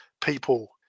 people